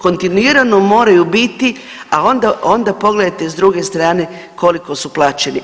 Kontinuirano moraju biti, a onda pogledajte, s druge strane, koliko su plaćeni.